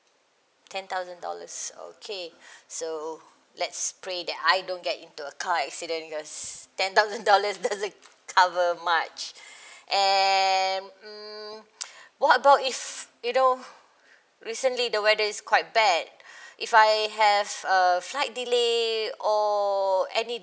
ten thousand dollars okay so let's pray that I don't get into a car accident because ten thousand dollars doesn't cover much and mm what about if you know recently the weather is quite bad if I have err flight delay or any